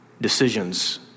decisions